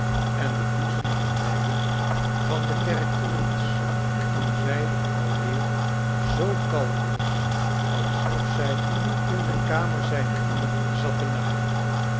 en de doezelige liji nen van de kerktorens toen zij alweer zoo kalm was alsof zij in de kamer zijner moeder zat te naaien